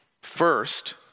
First